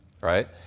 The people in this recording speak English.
right